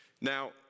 Now